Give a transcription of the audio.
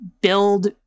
build